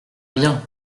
bien